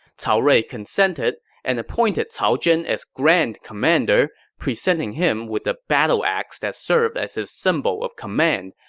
cao rui consented and appointed cao zhen as grand commander, presenting him with the battle axe that served as his symbol of command,